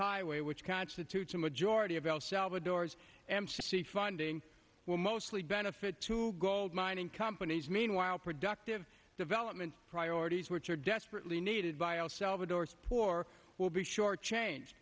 highway which constitutes a majority of el salvador's mc funding will mostly benefit to gold mining companies meanwhile productive development priorities which are desperately needed by all salvatore's poor will be short changed